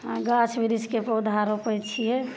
गाछ बिरिछके पौधा रोपै छिए